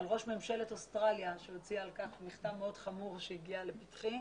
ממשלת אוסטרליה שהוציא על כך מכתב מאוד חמור שהגיע לפתחי,